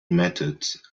methods